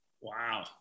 wow